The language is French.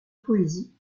poésie